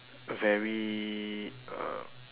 very uh